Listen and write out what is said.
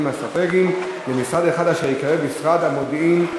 אסטרטגיים למשרד אחד אשר ייקרא משרד המודיעין.